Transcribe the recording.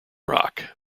rock